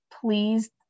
please